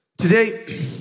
Today